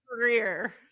career